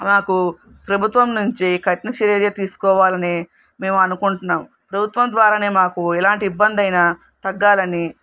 మాకు ప్రభుత్వం నుంచి కఠిన చర్యగా తీసుకోవాలని మేము అనుకుంటున్నాము ప్రభుత్వం ద్వారానే మాకు ఎలాంటి ఇబ్బందైనా తగ్గాలని